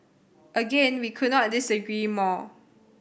again we could not disagree more